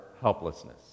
helplessness